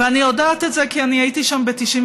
ואני יודעת את זה כי אני הייתי שם ב-1999,